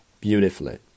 beautifully